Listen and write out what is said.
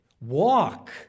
Walk